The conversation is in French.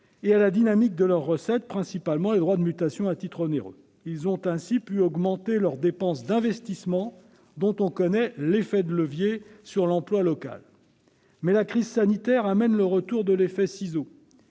et à la dynamique de leurs recettes, principalement les droits de mutation à titre onéreux, les DMTO. Ils ont ainsi pu augmenter leurs dépenses d'investissement, dont on connaît l'effet de levier sur l'emploi local. Néanmoins, avec la crise sanitaire revient l'effet de